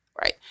Right